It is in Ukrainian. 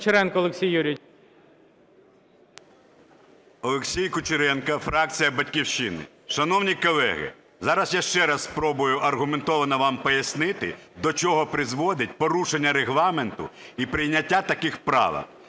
Олексій Кучеренко, фракція "Батьківщина". Шановні колеги, зараз я ще раз спробую аргументовано вам пояснити, до чого призводить порушення Регламенту і прийняття таких правок.